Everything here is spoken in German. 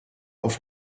auf